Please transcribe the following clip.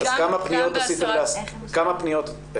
כמה פניות היו לכם כדי להסיר תכנים?